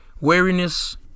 wariness